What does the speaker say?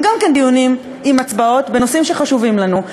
הם גם כן דיונים עם הצבעות בנושאים שחשובים לנו.